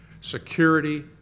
Security